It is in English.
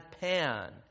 Pan